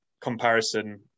comparison